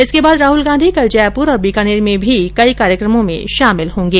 उसके बाद राहल गांधी कल जयपुर और बीकानेर में भी कई कार्यक्रमों में शामिल होंगे